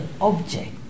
object